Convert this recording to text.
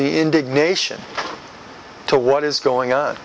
the indignation to what is going